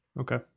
okay